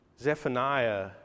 Zephaniah